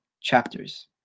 chapters